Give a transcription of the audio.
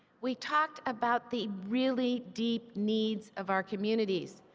we talked about the really deep needs of our communities,